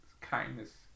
kindness